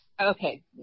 Okay